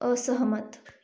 असहमत